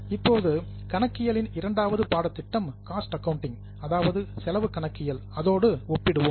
இப்போது கணக்கியலின் இரண்டாவது பாடத்திட்டம் காஸ்ட் அக்கவுண்டிங் அதாவது செலவு கணக்கியல் அதோடு ஒப்பிடுவோம்